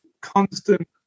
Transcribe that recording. constant